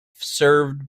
served